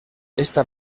esta